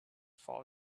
fall